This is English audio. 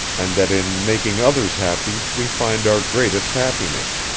and that in making others happy we find our greatest happiness.